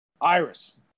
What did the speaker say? Iris